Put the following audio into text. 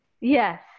Yes